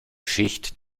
schicht